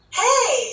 hey